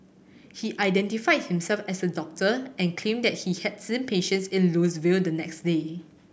he identified himself as a doctor and claimed that he had see patients in Louisville the next day